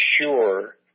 sure